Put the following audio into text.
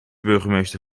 burgemeester